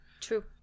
True